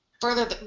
Further